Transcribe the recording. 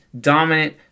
dominant